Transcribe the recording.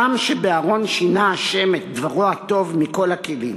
טעם שבארון שינה ה' את דברו הטוב מכל הכלים,